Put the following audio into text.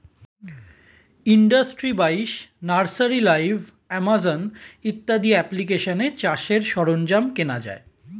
industry বাইশ, nursery live, Amazon ইত্যাদি অ্যাপ্লিকেশানে চাষের সরঞ্জাম কেনা যায়